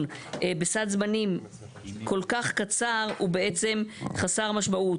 בסעד זמנים כל כך קצר הוא חסר משמעות.